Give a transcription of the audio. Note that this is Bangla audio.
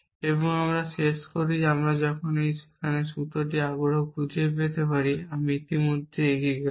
এবং আমরা শেষ করি যখন আমরা এখানে যে সূত্রটি আগ্রহী তা খুঁজে পেয়ে আমি ইতিমধ্যেই এগিয়ে গেলাম